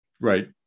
right